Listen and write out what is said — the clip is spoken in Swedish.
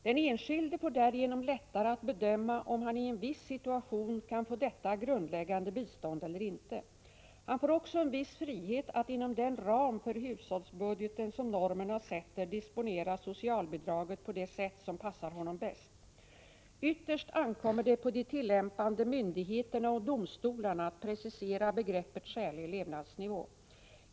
Den enskilde får därigenom lättare att bedöma om hanii en viss situation kan få detta grundläggande bistånd eller inte. Han får också en viss frihet att inom den ram för hushållsbudgeten som normerna sätter disponera socialbidraget på det sätt som passar honom bäst. Ytterst ankommer det på de tillämpande myndigheterna och domstolarna att precisera begreppet ”skälig levnadsnivå”.